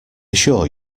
assure